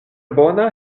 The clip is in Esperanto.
bona